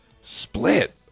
Split